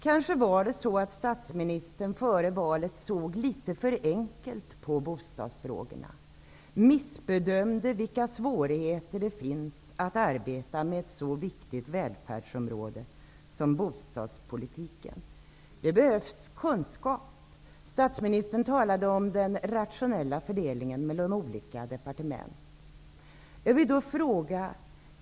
Kanske var det så att statsministern före valet såg litet för enkelt på bostadsfrågorna, att han missbedömde svårigheterna med att arbeta med ett så viktigt välfärdsområde som bostadspolitiken. Det behövs kunskap. Statsministern talade om den rationella fördelningen mellan olika departement.